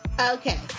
Okay